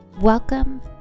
Welcome